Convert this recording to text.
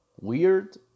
weird